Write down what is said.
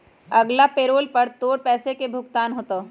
अगला पैरोल पर तोर पैसे के भुगतान होतय